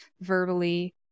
verbally